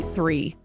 Three